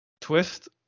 twist